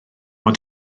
ond